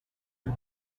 and